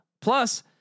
Plus